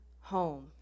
home